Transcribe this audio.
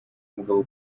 mugabo